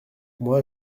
moi